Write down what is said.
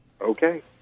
Okay